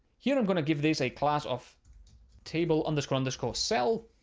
here i'm going to give these a class of table underscore underscore cell.